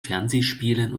fernsehspielen